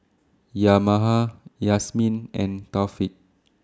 Yahaya Yasmin and Taufik